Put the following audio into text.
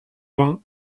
vingt